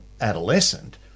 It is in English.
adolescent